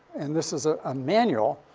and this is a ah manual